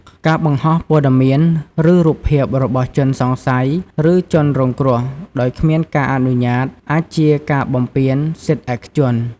ការបង្ហោះព័ត៌មាន ឬ រូបភាព របស់ ជនសង្ស័យ ឬ ជនរងគ្រោះ ដោយ គ្មានការអនុញ្ញាត អាចជា ការបំពានសិទ្ធិឯកជន។